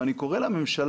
ואני קורא לממשלה: